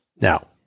Now